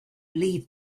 leave